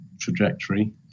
trajectory